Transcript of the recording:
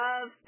Love